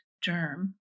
germ